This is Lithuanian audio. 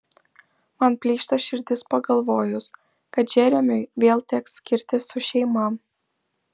man plyšta širdis pagalvojus kad džeremiui vėl teks skirtis su šeima